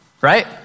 right